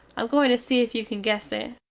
i am going to see if you can guess it.